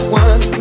one